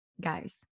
guys